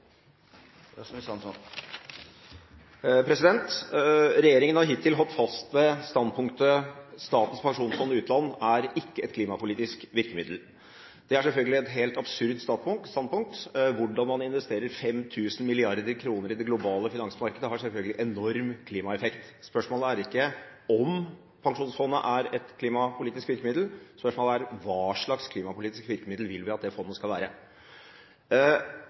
ikke et klimapolitisk virkemiddel. Det er selvfølgelig et helt absurd standpunkt. Hvordan man investerer 5 000 mrd. kr i det globale finansmarkedet, har selvfølgelig enorm klimaeffekt. Spørsmålet er ikke om Pensjonsfondet er et klimapolitisk virkemiddel. Spørsmålet er: Hva slags klimapolitisk virkemiddel vil vi at det fondet skal være?